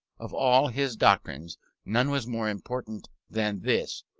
of all his doctrines none was more important than this,